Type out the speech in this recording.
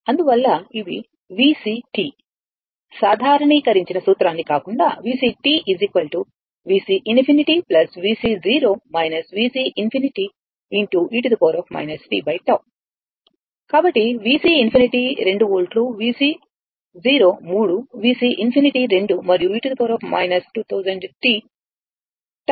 అందువల్ల ఇవి VCt సాధారణీకరించిన సూత్రాన్ని కాకుండా VC VC ∞ VC VC ∞ e ttau కాబట్టి VC ∞ 2 వోల్ట్VC 3 VC ∞ 2 మరియు e 2000 t